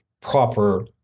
proper